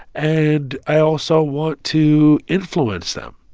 and i also want to influence them,